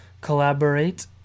Collaborate